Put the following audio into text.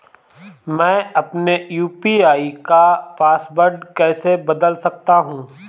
मैं अपने यू.पी.आई का पासवर्ड कैसे बदल सकता हूँ?